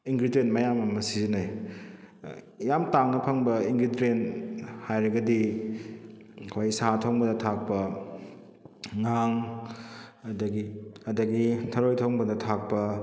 ingredient ꯃꯌꯥꯝ ꯑꯃ ꯁꯤꯖꯤꯟꯅꯩ ꯌꯥꯝ ꯇꯥꯡꯅ ꯐꯪꯕ ꯏꯪꯒ꯭ꯤꯇ꯭ꯔꯦꯟ ꯍꯥꯏꯔꯒꯗꯤ ꯑꯩꯈꯣꯏ ꯁꯥ ꯊꯣꯡꯕꯗ ꯊꯥꯛꯄ ꯉꯥꯡ ꯑꯗꯨꯗꯒꯤ ꯑꯗꯨꯗꯒꯤ ꯊꯥꯔꯣꯏ ꯊꯣꯡꯕꯗ ꯊꯥꯛꯄ